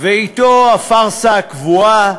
ואתו הפארסה הקבועה,